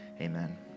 Amen